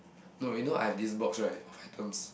no you know I have this box right of items